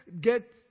get